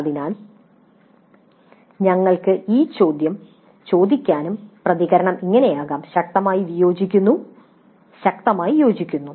അതിനാൽ ഞങ്ങൾക്ക് ഈ ചോദ്യം ചോദിക്കാനും പ്രതികരണം ഇങ്ങനെ ആകാം ശക്തമായി വിയോജിക്കുന്നു ശക്തമായി യോജിക്കുന്നു